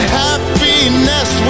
happiness